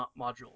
module